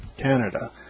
Canada